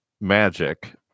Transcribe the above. magic